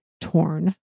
torn